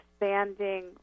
expanding